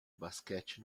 basquete